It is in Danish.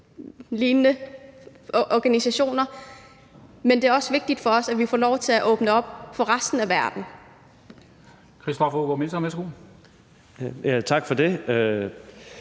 danske organisationer. Men det er også vigtigt for os, at vi får lov til at åbne op for resten af verden. Kl. 20:19 Formanden (Henrik